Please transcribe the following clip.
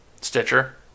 Stitcher